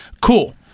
cool